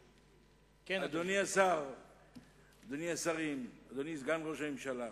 רבותי השרים, אדוני סגן ראש הממשלה,